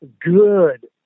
good